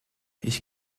ich